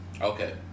okay